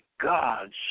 gods